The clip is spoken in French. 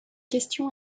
question